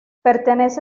pertenece